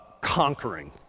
conquering